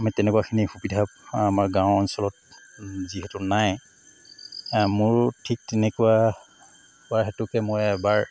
আমি তেনেকুৱাখিনি সুবিধা আমাৰ গাঁও অঞ্চলত যিহেতু নাই মোৰ ঠিক তেনেকুৱা হোৱা হেতুকে মই এবাৰ